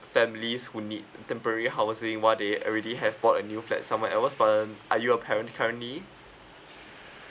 families who need temporary housing what they already have bought a new fat somewhere else but um are you a parent currently